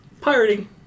pirating